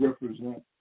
represent